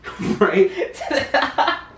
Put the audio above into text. right